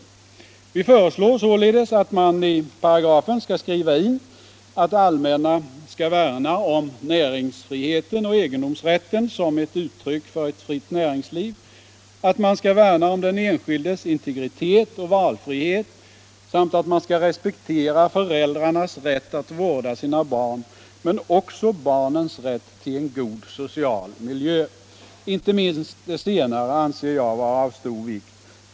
grundlag Vi föreslår således att man i paragrafen skall skriva in att det allmänna skall värna om näringsfriheten och egendomsrätten som ett uttryck för ett fritt näringsliv, att man skall värna om den enskildes integritet och valfrihet, samt att man skall respektera föräldrarnas rätt att vårda sina barn men också barnens rätt till en god social miljö. Inte minst det senare anser jag vara av stor vikt.